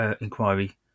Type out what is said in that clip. inquiry